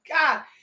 God